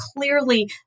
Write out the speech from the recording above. clearly